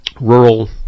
rural